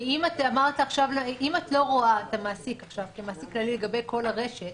כי אם את לא רואה את המעסיק כמעסיק כללי לגבי כל הרשת,